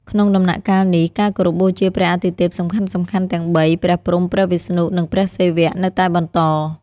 ក្នុងដំណាក់កាលនេះ ការគោរពបូជាព្រះអាទិទេពសំខាន់ៗទាំងបី ព្រះព្រហ្ម ព្រះវិស្ណុ និងព្រះសិវៈ នៅតែបន្ត។